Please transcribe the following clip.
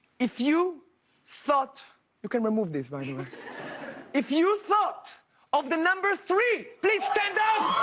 if you thought you could remove this. but if you thought of the number three, please stand up.